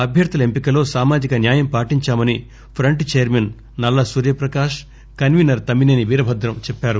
అభ్యర్థుల ఎంపికలో సామాజిక న్యాయం పాటించామని front chairman Nalla Surya Prakash convener Tammineni Veerabhadram చెప్పారు